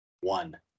One